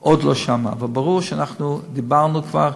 עוד לא שמה, אבל ברור שאנחנו, דיברנו כבר,